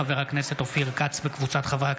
מאת חבר הכנסת יצחק קרויזר,